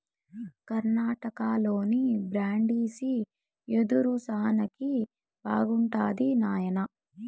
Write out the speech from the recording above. కర్ణాటకలోని బ్రాండిసి యెదురు శాలకి బాగుండాది నాయనా